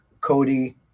Cody